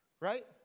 Right